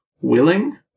willing